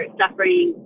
suffering